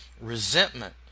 resentment